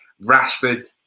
Rashford